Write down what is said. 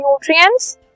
nutrients